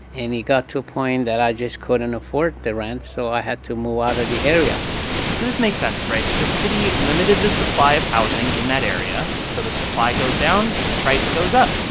and it got to a point that i just couldn't afford the rent. so i had to move out of the area so this makes sense, right? the city limited the supply of housing in that area, so the supply goes down. price goes up.